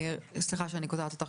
סליחה שאני קוטעת אותך,